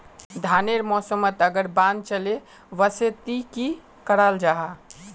धानेर टैमोत अगर बान चले वसे ते की कराल जहा?